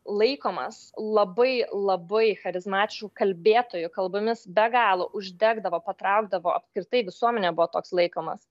laikomas labai labai charizmatišku kalbėtoju kalbomis be galo uždegdavo patraukdavo apskritai visuomene buvo toks laikomas